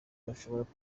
bushoboka